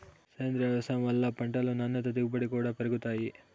సేంద్రీయ వ్యవసాయం వల్ల పంటలు నాణ్యత దిగుబడి కూడా పెరుగుతాయి